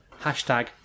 Hashtag